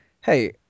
hey